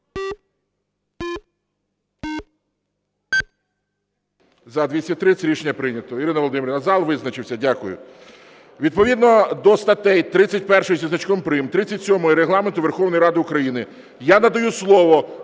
За-230 Рішення прийнято. Ірина Володимирівна, зал визначився. Дякую. Відповідно до статей 31 зі значком прим., 37 Регламенту Верховної Ради України я надаю слово